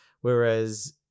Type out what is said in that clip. Whereas